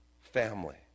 family